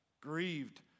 grieved